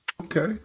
okay